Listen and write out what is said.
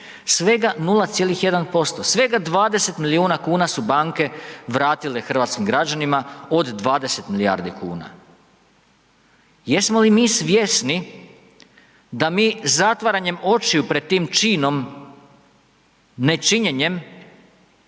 Svega 0,1%, svega 20 milijuna kuna su banke vratile hrvatskim građanima od 20 milijardi kuna. Jesmo li mi svjesni da mi zatvaranjem očiju pred tim činom nečinjenjem,